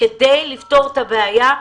כדי לפתור את הבעיה.